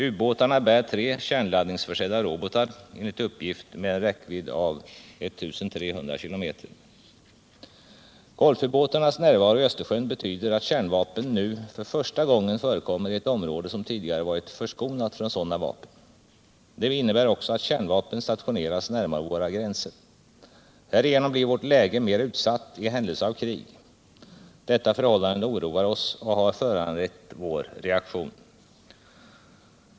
Ubåtarna bär tre kärnladdningsförsedda robotar, enligt uppgift med en Golfubåtarnas närvaro i Östersjön betyder att kärnvapen nu för första gången förekommer i ett område som tidigare varit förskonat från sådana vapen. Det innebär också att kärnvapen stationerats närmare våra gränser. Härigenom blir vårt läge mer utsatt i händelse av krig. Detta förhållande oroar oss och har föranlett vår reaktion.